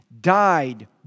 died